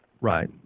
Right